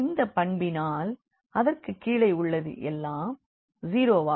இந்த பண்பினால் அதற்கு கீழே உள்ளது எல்லாம் 0 வாகும்